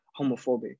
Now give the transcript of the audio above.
homophobic